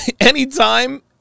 anytime